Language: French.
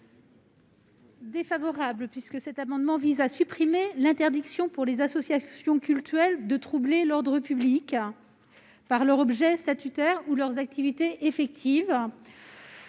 la commission ? Cet amendement vise à supprimer l'interdiction pour les associations cultuelles de troubler l'ordre public par leur objet statutaire ou par leurs activités effectives.